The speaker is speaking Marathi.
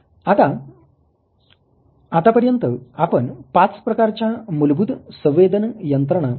आता पर्यंत आपण पाच प्रकारच्या मुलभूत संवेदन यंत्रणा पहिल्या